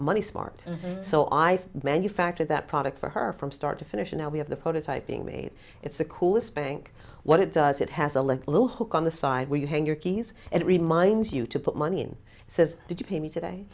money smart so i manufactured that product for her from start to finish and now we have the prototype being made it's a cool spending what it does it has a little hook on the side where you hang your keys and it reminds you to put money in says did you pay me today